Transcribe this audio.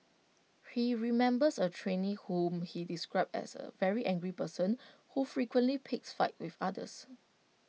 he remembers A trainee whom he described as A very angry person who frequently picked fights with others